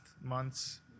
month's